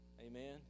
Amen